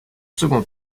second